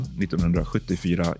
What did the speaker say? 1974